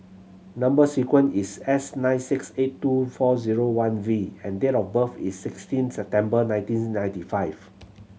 number sequence is S nine six eight two four zero one V and date of birth is sixteen September nineteen ninety five